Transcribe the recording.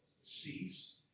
cease